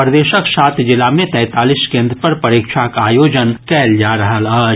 प्रदेशक सात जिला मे तैतालिस केन्द्र पर परीक्षाक आयोजन कयल जा रहल अछि